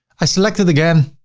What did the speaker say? i select it again,